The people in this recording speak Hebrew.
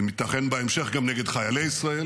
וייתכן בהמשך שגם נגד חיילי ישראל